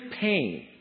pain